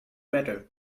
matter